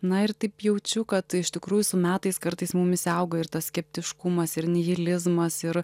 na ir taip jaučiu kad iš tikrųjų su metais kartais mumyse auga ir tas skeptiškumas ir nihilizmas ir